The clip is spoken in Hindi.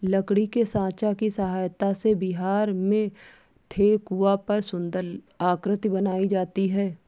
लकड़ी के साँचा की सहायता से बिहार में ठेकुआ पर सुन्दर आकृति बनाई जाती है